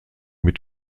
mit